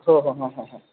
हो हो ह ह ह